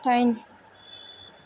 दाइन